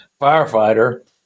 firefighter